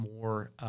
more